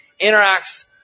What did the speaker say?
interacts